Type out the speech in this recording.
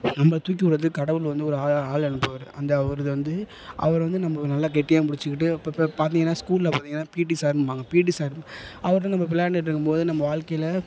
நம்பளை தூக்கி விட்றதுக்கு கடவுள் வந்து ஒரு ஆளை ஆளை அனுப்புவார் அந்த அவர் இது வந்து அவர் வந்து நம்ம நல்லா கெட்டியாக பிடிச்சிக்கிட்டு அப்பப்போ பார்த்தீங்கன்னா ஸ்கூல்ல பார்த்தீங்கன்னா பிடி சாருன்பாங்க பிடி சார் அவர்கிட்ட நம்ம விளையாண்டிட்டு இருக்கும்போது நம்ம வாழ்க்கையில்